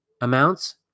amounts